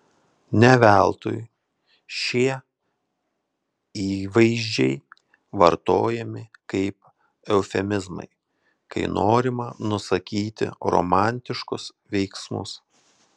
ne veltui šie įvaizdžiai vartojami kaip eufemizmai kai norima nusakyti romantiškus veiksmus